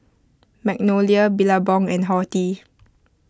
Magnolia Billabong and Horti